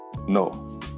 No